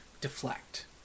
deflect